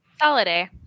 Holiday